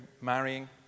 marrying